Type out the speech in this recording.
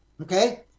Okay